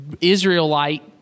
Israelite